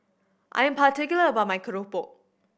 I am particular about my keropok